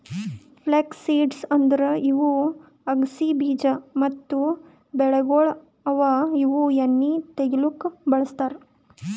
flux seeds ಅಂದುರ್ ಇವು ಅಗಸಿ ಬೀಜ ಮತ್ತ ಬೆಳೆಗೊಳ್ ಅವಾ ಇವು ಎಣ್ಣಿ ತೆಗಿಲುಕ್ ಬಳ್ಸತಾರ್